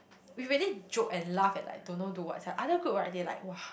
we really joke and laugh at like don't know to what sia other group right they like !wah!